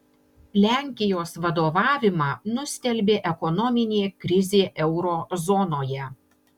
lenkijos vadovavimą nustelbė ekonominė krizė euro zonoje